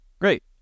Great